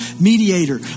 mediator